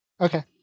Okay